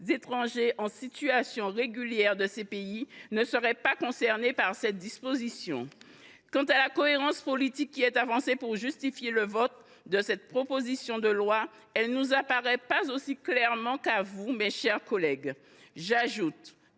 étrangers en situation régulière originaires de ces pays ne seraient donc pas concernés par ces dispositions. Quant à la « cohérence politique » avancée pour justifier le vote de cette proposition de loi, elle ne nous apparaît pas aussi clairement qu’à vous, mes chers collègues. J’ajoute